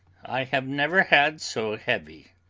i have never had so heavy